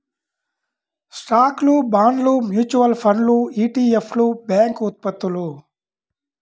స్టాక్లు, బాండ్లు, మ్యూచువల్ ఫండ్లు ఇ.టి.ఎఫ్లు, బ్యాంక్ ఉత్పత్తులు